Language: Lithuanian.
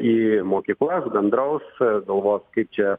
į mokyklas bendraus galvos kaip čia